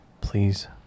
please